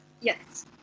Yes